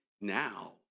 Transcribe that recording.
now